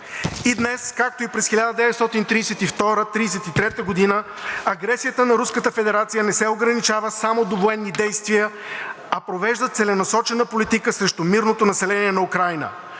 И днес, както и през 1932 – 1933 г. агресията на Руската федерация не се ограничава само до военни действия, а провежда целенасочена политика срещу мирното население на Украйна